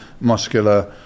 muscular